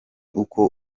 uko